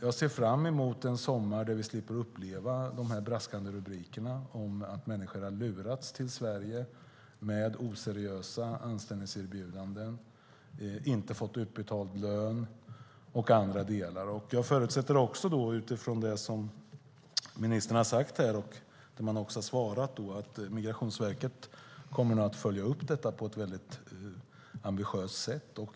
Jag ser fram emot en sommar där vi slipper uppleva dessa braskande rubriker om att människor har lurats till Sverige med oseriösa anställningserbjudanden, inte har fått lön utbetalad och annat. Jag förutsätter, utifrån vad ministern har sagt, att Migrationsverket kommer att följa upp frågorna på ett ambitiöst sätt.